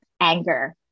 anger